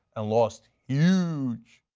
and lost huge.